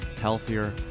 healthier